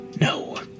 No